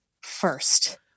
first